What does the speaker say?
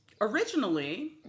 Originally